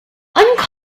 uncommon